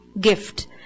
Gift